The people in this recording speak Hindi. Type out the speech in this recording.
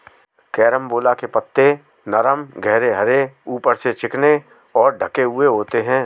कैरम्बोला पत्ते नरम गहरे हरे ऊपर से चिकने और ढके हुए होते हैं